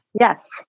Yes